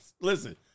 listen